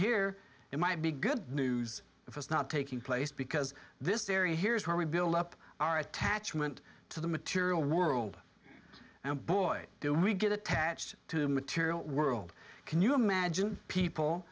here it might be good news if it's not taking place because this area here is where we build up our attachment to the material world and boy do we get attached to the material world can you imagine people